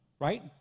right